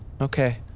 Okay